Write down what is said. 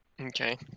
Okay